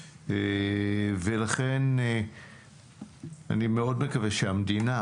ולכן אני מאוד מקווה שהמדינה,